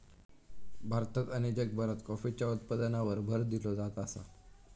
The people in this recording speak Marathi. भारतात आणि जगभरात कॉफीच्या उत्पादनावर भर दिलो जात आसा